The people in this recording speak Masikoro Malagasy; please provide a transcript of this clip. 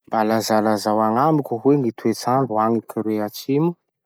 Mba lazalazao agnamiko hoe gny toetsandro agny Kore Atsimo?